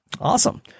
Awesome